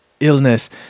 illness